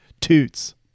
Toots